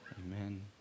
Amen